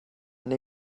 neu